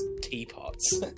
teapots